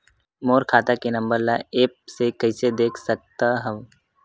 मोर खाता के नंबर ल एप्प से कइसे देख सकत हव?